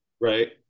Right